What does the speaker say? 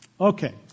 Okay